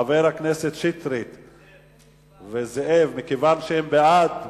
חברי הכנסת שטרית וזאב, מכיוון שהם בעד,